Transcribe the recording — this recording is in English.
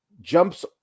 jumps